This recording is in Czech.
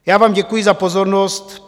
Já vám děkuji za pozornost.